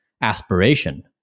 aspiration